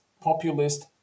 populist